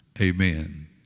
Amen